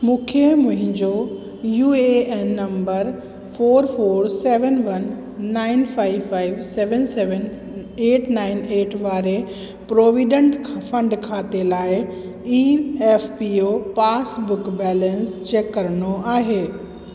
मूंखे मुंहिंजो U A N number four four seven one nine five five seven seven eight nine eight वारे provident fund खाते लाइ E F P O passbook balance check करिणो आहे